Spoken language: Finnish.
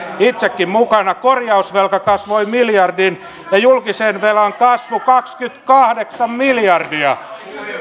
itsekin mukana korjausvelka kasvoi miljardin ja julkisen velan kasvu kaksikymmentäkahdeksan miljardia